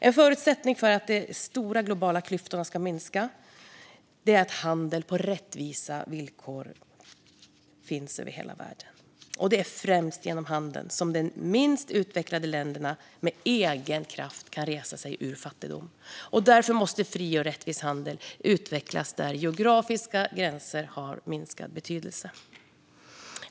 En förutsättning för att de stora globala klyftorna ska minska är handel på rättvisa villkor över hela världen. Det är främst genom handel som de minst utvecklade länderna av egen kraft kan resa sig ur fattigdomen. Därför måste en fri och rättvis handel, där geografiska gränser har minskad betydelse, utvecklas.